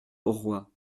auroi